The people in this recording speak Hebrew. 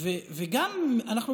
לכאורה אנחנו